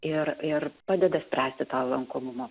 ir ir padeda spręsti tą lankomumo